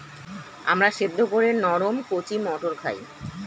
আমরা সেদ্ধ করে নরম কচি মটর খাই